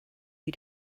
you